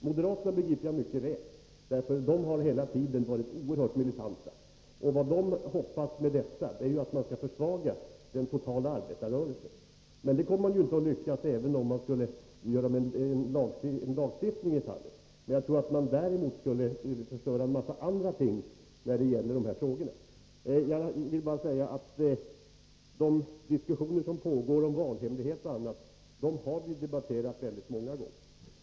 Moderaterna begriper jag mycket väl — de har hela tiden varit oerhört militanta, och vad de hoppas är att de med sina angrepp skall kunna försvaga den totala arbetarrörelsen. Men det kommer de inte att lyckas med — även om en lagstiftning skulle införas. Däremot skulle de nog förstöra en mängd andra ting som hänger samman med dessa frågor. Frågan om valhemlighet och annat har vi debatterat många gånger.